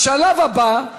השלב הבא,